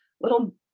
little